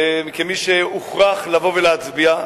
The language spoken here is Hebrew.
כמי שהוכרח לבוא ולהצביע.